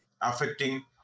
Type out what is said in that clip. affecting